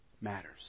matters